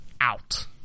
out